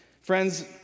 Friends